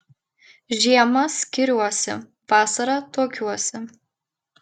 žiemą skiriuosi vasarą tuokiuosi